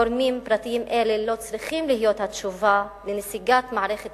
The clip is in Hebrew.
גורמים פרטיים אלה לא צריכים להיות התשובה לנסיגת מערכת